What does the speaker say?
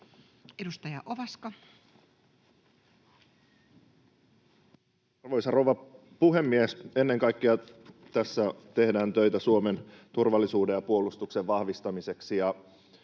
Content: Arvoisa rouva puhemies! Ennen kaikkea tässä tehdään töitä Suomen turvallisuuden ja puolustuksen vahvistamiseksi,